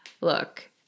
Look